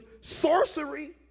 sorcery